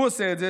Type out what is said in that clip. הוא עושה את זה,